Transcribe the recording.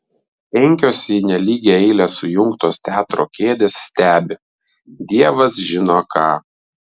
penkios į nelygią eilę sujungtos teatro kėdės stebi dievas žino ką